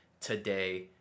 today